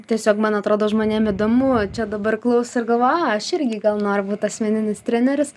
tiesiog man atrodo žmonėm įdomu čia dabar klauso galvoja o aš irgi gal noriu būt asmeninis treneris